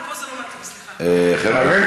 אני יודעת